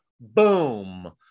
Boom